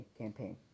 campaign